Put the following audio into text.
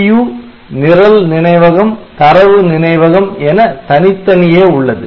CPU நிரல் நினைவகம் தரவு நினைவகம் என தனித்தனியே உள்ளது